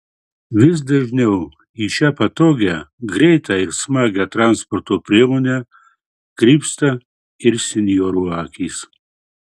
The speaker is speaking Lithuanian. vis dažniau į šią patogią greitą ir smagią transporto priemonę krypsta ir senjorų akys